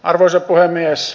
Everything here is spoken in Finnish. arvoisa puhemies